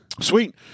Sweet